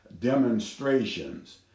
demonstrations